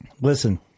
listen